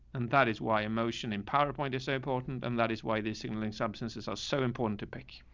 and that is why emotion in powerpoint is so important, and that is why the signaling substances are so important to pick.